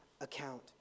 account